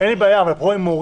אין לי בעיה, אבל פה הם מורים.